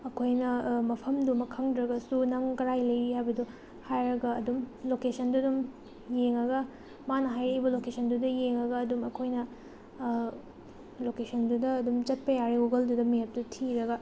ꯑꯩꯈꯣꯏꯅ ꯃꯐꯝꯗꯨꯃꯛ ꯈꯪꯗ꯭ꯔꯒꯁꯨ ꯅꯪ ꯀꯗꯥꯏ ꯂꯩꯔꯤ ꯍꯥꯏꯕꯗꯣ ꯍꯥꯏꯔꯒ ꯑꯗꯨꯝ ꯂꯣꯀꯦꯁꯟꯗꯣ ꯑꯗꯨꯝ ꯌꯦꯡꯂꯒ ꯃꯥꯅ ꯍꯥꯏꯔꯛꯂꯤꯕ ꯂꯣꯀꯦꯁꯟꯗꯨꯗ ꯌꯦꯡꯂꯒ ꯑꯗꯨꯝ ꯑꯩꯈꯣꯏꯅ ꯂꯣꯀꯦꯁꯟꯗꯨꯗ ꯑꯗꯨꯝ ꯆꯠꯄ ꯌꯥꯔꯦ ꯒꯨꯒꯜꯗꯨꯗ ꯃꯦꯞꯇꯣ ꯊꯤꯔꯒ